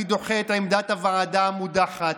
אני דוחה את עמדת הוועדה המודחת,